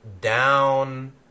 down